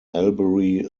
albury